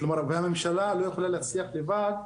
כלומר והממשלה לא יכולה להצליח לבד,